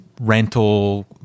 rental